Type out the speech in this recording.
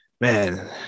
man